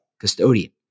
custodian